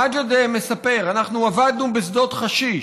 מג'ד מספר: אנחנו עבדנו בשדות חשיש.